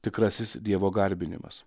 tikrasis dievo garbinimas